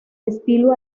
estilo